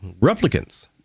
replicants